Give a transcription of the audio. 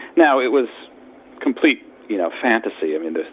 now, it was complete you know fantasy. i mean,